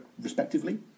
respectively